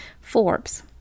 Forbes